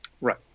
Right